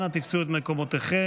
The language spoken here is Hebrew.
אנא תפסו את מקומותיכם.